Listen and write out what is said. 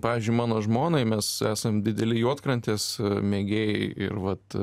pavyzdžiui mano žmonai mes esam dideli juodkrantės mėgėjai ir vat